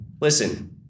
listen